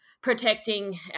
protecting